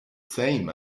same